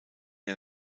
der